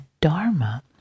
Dharma